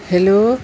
hello